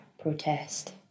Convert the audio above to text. protest